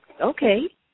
Okay